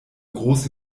große